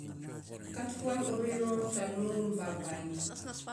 Kat fuainy ovei ror tan fo moun babainy.